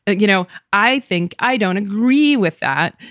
you know, i think i don't agree with that.